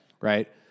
Right